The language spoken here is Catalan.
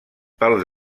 pels